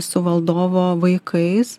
su valdovo vaikais